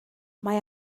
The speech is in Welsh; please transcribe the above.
mae